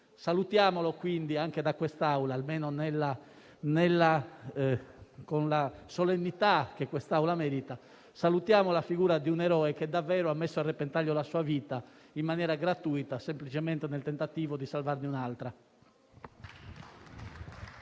Salutiamo quindi anche da quest'Aula, con la solennità che quest'Assemblea merita, la figura di un eroe che ha davvero messo a repentaglio la sua vita in maniera gratuita, semplicemente nel tentativo di salvarne un'altra.